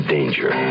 Danger